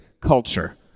culture